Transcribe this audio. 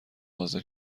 حاضر